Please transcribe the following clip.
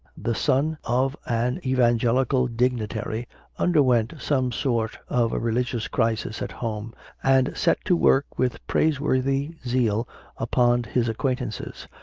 the son of an evangelical dig nitary underwent some sort of a religious crisis at home and set to work with praiseworthy zeal upon his acquaintances.